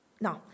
no